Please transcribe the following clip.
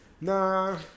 nah